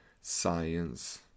science